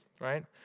right